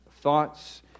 thoughts